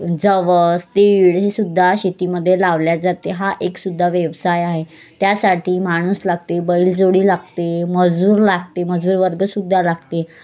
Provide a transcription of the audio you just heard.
जवस तीळ हे सुद्धा शेतीमध्ये लावले जाते हा एकसुद्धा व्यवसाय आहे त्यासाठी माणूस लागते बैलजोडी लागते मजूर लागते मजूर वर्गसुद्धा लागते